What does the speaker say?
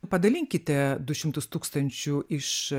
padalinkite du šimtus tūkstančių iš